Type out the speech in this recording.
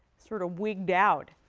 sort of wigged out,